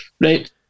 Right